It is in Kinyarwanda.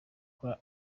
kora